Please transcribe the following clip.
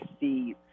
see